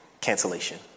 cancellation